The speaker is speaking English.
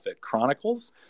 Chronicles